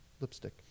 Lipstick